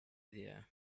idea